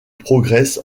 progresse